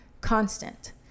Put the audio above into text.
constant